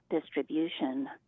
Distribution